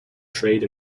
trade